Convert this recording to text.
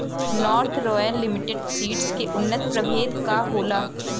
North Royal Limited seeds के उन्नत प्रभेद का होला?